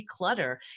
declutter